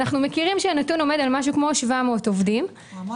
אנחנו מכירים שהנתון עומד על 700 עובדים בערך.